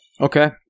Okay